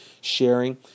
sharing